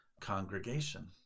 congregation